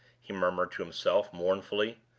he murmured to himself, mournfully.